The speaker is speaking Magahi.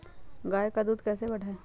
गाय का दूध कैसे बढ़ाये?